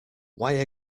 why